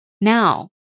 Now